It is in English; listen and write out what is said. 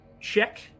check